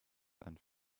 and